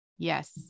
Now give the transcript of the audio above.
Yes